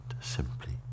simply